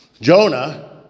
Jonah